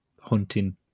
hunting